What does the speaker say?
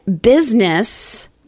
business